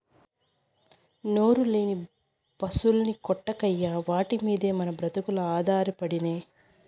నోరులేని పశుల్ని కొట్టకయ్యా వాటి మిందే మన బ్రతుకులు ఆధారపడినై